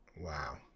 Wow